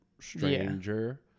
stranger